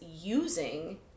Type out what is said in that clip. using